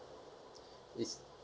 is